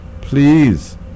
Please